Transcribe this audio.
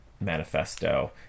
manifesto